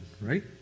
right